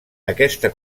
aquesta